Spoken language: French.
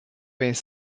vingt